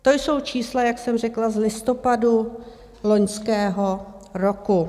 To jsou čísla, jak jsem řekla, z listopadu loňského roku.